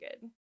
good